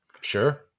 Sure